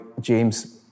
James